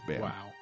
Wow